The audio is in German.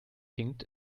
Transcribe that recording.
hinkt